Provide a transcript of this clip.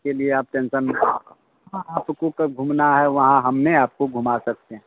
उसके लिए आप टेंसन हाँ आपको कब घूमना है वहाँ हमने आपको घूमा सकते हैं